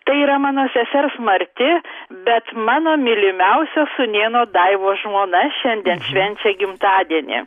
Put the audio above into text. tai yra mano sesers marti bet mano mylimiausio sūnėno daivos žmona šiandien švenčia gimtadienį